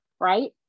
right